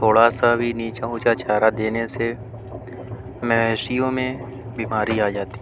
تھوڑا سا بھی نیچا اونچا چارہ دینے سے مویشیوں میں بیماری آ جاتی ہے